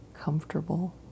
comfortable